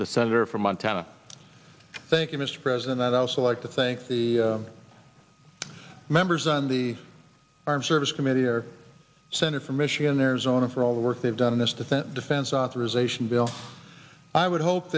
the senator from montana thank you mr president i'd also like to thank the members on the armed service committee or senator from michigan arizona for all the work they've done this descent defense authorization bill i would hope